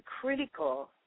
critical